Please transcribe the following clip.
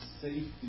safety